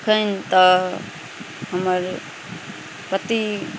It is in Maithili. एखैन तऽ हमर पति